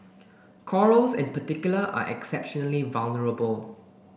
corals in particular are exceptionally vulnerable